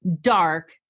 dark